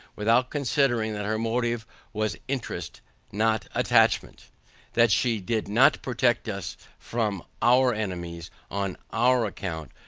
without considering, that her motive was interest not attachment that she did not protect us from our enemies on our account,